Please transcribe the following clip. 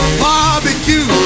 barbecue